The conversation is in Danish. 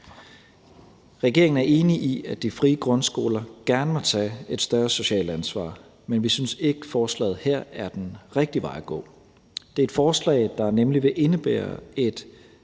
Regeringen er enig i, at de frie grundskoler gerne må tage et større socialt ansvar, men vi synes ikke, forslaget her er den rigtige vej at gå. Det er et forslag, der nemlig vil indebære et